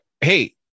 Hey